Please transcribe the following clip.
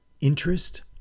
interest